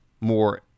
more